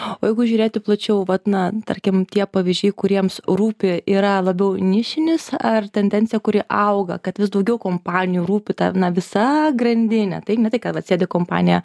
o jeigu žiūrėti plačiau vat na tarkim tie pavyzdžiai kuriems rūpi yra labiau nišinis ar tendencija kuri auga kad vis daugiau kompanijų rūpi ta na visa grandinė tai ne tai kad va sėdi kompanija